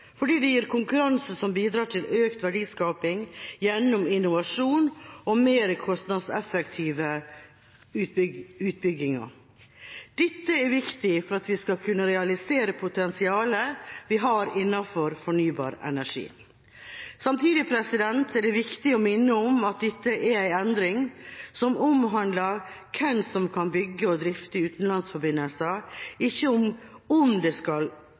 fordi det gir konkurranse som bidrar til økt verdiskaping gjennom innovasjon og mer kostnadseffektiv utbygging. Dette er viktig for at vi skal kunne realisere potensialet vi har innenfor fornybar energi. Samtidig er det viktig å minne om at dette er en endring som omhandler hvem som kan bygge og drifte utenlandsforbindelser, ikke om det skal